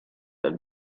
dal